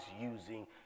using